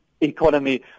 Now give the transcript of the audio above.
Economy